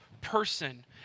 person